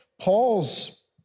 Paul's